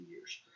years